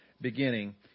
beginning